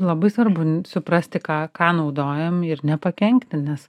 labai svarbu suprasti ką ką naudojam ir nepakenkti nes